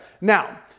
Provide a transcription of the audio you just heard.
Now